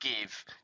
give